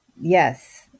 yes